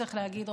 צריך להגיד,